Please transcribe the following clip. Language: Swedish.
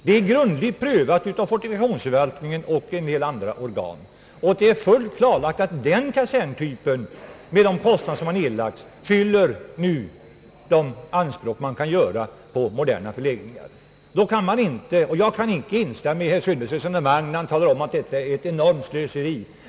Det är grundligt prövat av fortifikationsförvaltningen och en del andra organ, och det är fullt klarlagt att den kaserntypen med de kostnader som nedlagts nu fyller de anspråk man kan ställa på moderna förläggningar. Jag kan inte instämma i herr Söderbergs resonemang när han talar om att detta är ett enormt slöseri.